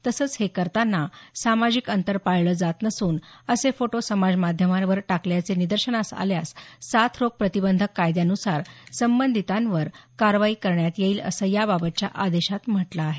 तसंच हे करताना सामाजिक अंतर पाळलं जात नसून असे फोटो समाजमाध्यमांवर टाकल्याचे निदर्शनास आल्यास साथरोग प्रतिबंधक कायद्यानुसार संबंधितांवर कारवाई करण्यात येईल असं याबाबतच्या आदेशात म्हटलं आहे